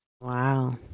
Wow